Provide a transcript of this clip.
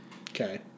Okay